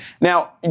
Now